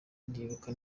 ndibuka